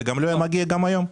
זה לא היה מגיע גם היום.